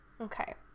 okay